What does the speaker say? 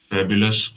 Fabulous